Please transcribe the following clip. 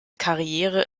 karriere